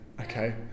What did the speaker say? okay